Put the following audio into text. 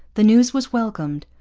the news was welcomed,